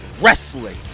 Wrestling